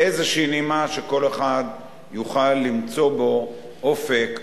באיזו נימה שכל אחד יוכל למצוא בה אופק,